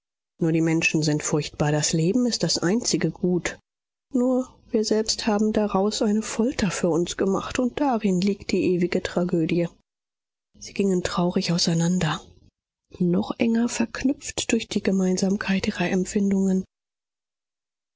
nur die menschen sind furchtbar das leben ist das einzige gut nur wir selbst haben daraus eine folter für uns gemacht und darin liegt die ewige tragödie sie gingen traurig auseinander noch enger verknüpft durch die gemeinsamkeit ihrer empfindungen